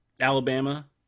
Alabama